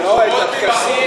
לא, את הטקסים.